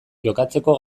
jokatzeko